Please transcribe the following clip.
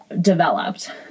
developed